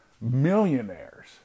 millionaires